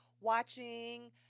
watching